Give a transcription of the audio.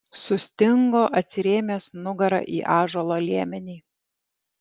sustingo atsirėmęs nugara į ąžuolo liemenį